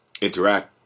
interact